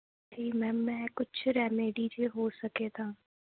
ਅਤੇ ਮੈਮ ਮੈਂ ਕੁਝ ਰੈਮੇਡੀ ਜੇ ਹੋ ਸਕੇ ਤਾਂ